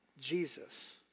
Jesus